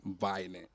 violent